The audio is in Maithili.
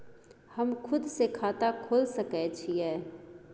हम खुद से खाता खोल सके छीयै?